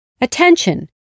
Attention